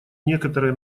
некоторые